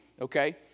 okay